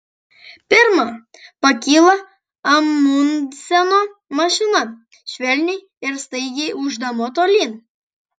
pirma pakyla amundseno mašina švelniai ir staigiai ūždama tolyn